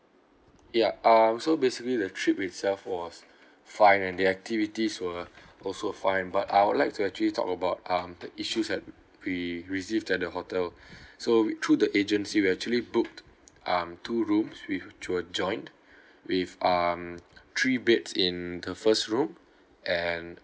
ya um so basically the trip itself was fine and the activities were also fine but I would like to actually talk about um the issues that we received at the hotel so through the agency we actually booked um two rooms which were joined with um three beds in the first room and